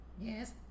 Yes